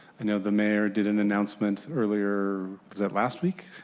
and yeah the mayor didn't announcement earlier last week,